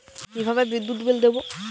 কিভাবে বিদ্যুৎ বিল দেবো?